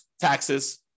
taxes